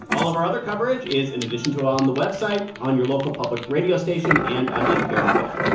all of our other coverage is, in addition to on the website, on your local public radio station and on npr one.